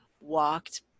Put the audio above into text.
walked